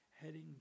heading